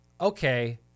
okay